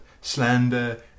slander